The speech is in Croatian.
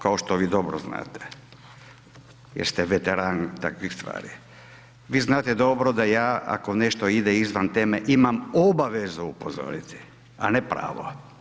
Ja kao što vi dobro znate jer ste veteran takvih stvari, vi znate dobro da ja ako nešto ide izvan teme, imam obavezu upozoriti a ne pravo.